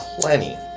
Plenty